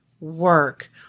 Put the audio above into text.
work